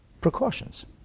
precautions